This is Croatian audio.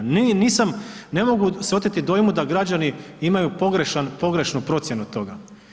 Ne nisam, ne mogu se oteti dojmu da građani imaju pogrešnu procjenu toga.